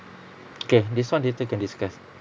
okay this [one] later can discuss